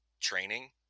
training